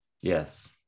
Yes